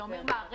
אתה אומר מערכת.